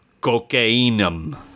Cocainum